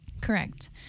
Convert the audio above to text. Correct